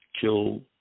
kill